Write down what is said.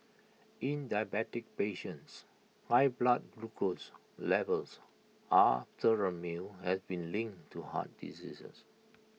in diabetic patients high blood glucose levels after A meal has been linked to heart diseases